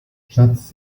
schatz